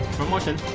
promotion?